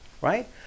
right